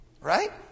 Right